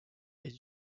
est